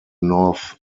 north